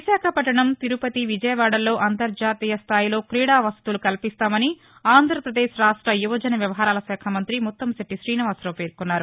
విశాఖపట్టణం తిరుపతి విజయవాడల్లో అంతర్జాతీయ స్టాయిలో క్రీడావసతులు కల్పిస్తామని ఆంధ్రప్రదేశ్ రాష్ట యువజన వ్యవహారాల శాఖా మంత్రి ముత్తంశెట్టి శ్రీనివాసరావు పేర్కొన్నారు